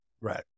right